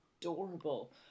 adorable